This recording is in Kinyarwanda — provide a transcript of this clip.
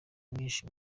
nyinshi